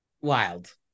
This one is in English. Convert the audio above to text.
wild